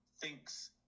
thinks